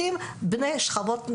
דרך מינהלת,